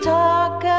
talk